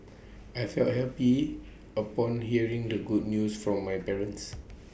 I felt happy upon hearing the good news from my parents